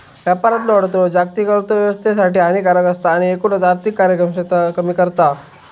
व्यापारातलो अडथळो जागतिक अर्थोव्यवस्थेसाठी हानिकारक असता आणि एकूणच आर्थिक कार्यक्षमता कमी करता